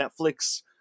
Netflix